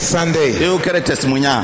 Sunday